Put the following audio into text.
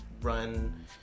run